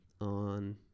on